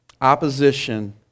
Opposition